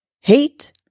hate